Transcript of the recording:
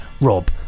rob